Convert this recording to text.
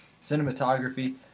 Cinematography